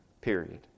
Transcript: Period